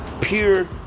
pure